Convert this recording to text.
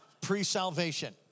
Pre-salvation